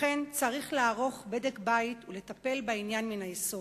לכן, צריך לערוך בדק בית ולטפל בעניין מן היסוד.